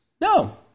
No